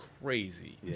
crazy